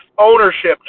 ownership